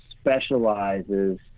specializes